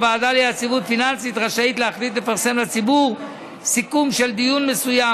הוועדה ליציבות פיננסית רשאית להחליט לפרסם לציבור סיכום של דיון מסוים,